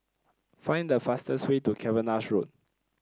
find the fastest way to Cavenagh Road